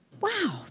wow